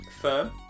Firm